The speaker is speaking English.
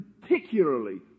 particularly